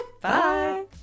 Bye